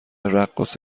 رقاص